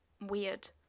weird